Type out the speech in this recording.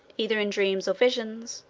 either in dreams or visions,